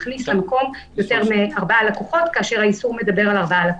כאשר האיסור מדבר על 4 לקוחות.